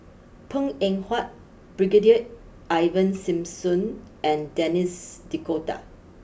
Png Eng Huat Brigadier Ivan Simson and Denis D'Cotta